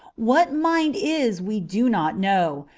what mind is we do not know,